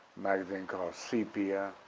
magazine called sepia,